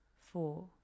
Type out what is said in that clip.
four